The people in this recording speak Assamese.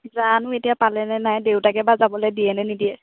জানো এতিয়া পালে নে নাই দেউতাকে যাবলৈ দিয়ে নে নিদিয়ে